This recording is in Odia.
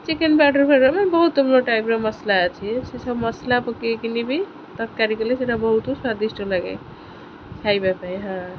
ଚିକେନ୍ ପାଉଡ଼ର୍ ଫାଉଡ଼ର୍ ବହୁତ ଟାଇପ୍ର ମସଲା ଅଛି ସେସବୁ ମସଲା ପକେଇକିନି ବି ତରକାରୀ କଲେ ସେଇଟା ବହୁତ ସ୍ଵାଦିଷ୍ଟ ଲାଗେ ଖାଇବା ପାଇଁ ହଁ